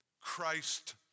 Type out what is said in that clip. Christ